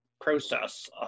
process